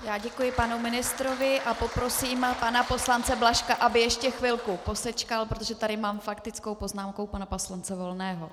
Já děkuji panu ministrovi a poprosím pana poslance Blažka, aby ještě chvilku posečkal, protože tady mám faktickou poznámku pana poslance Volného.